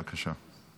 בבקשה.